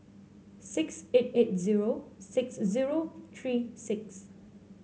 six eight eight zero six zero three six